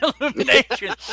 illumination